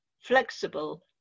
flexible